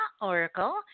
Oracle